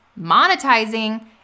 monetizing